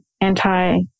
anti